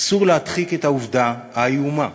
אסור להדחיק את העובדה האיומה